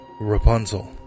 Rapunzel